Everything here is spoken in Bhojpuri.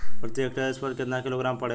प्रति हेक्टेयर स्फूर केतना किलोग्राम पड़ेला?